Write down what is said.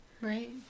Right